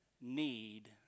need